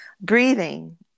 breathing